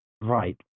Right